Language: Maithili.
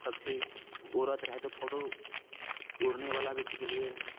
पक्षी उड़त रहए तो फोटो उड़ने वाला भी खिचलियैरऽ